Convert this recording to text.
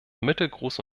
mittelgroße